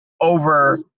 over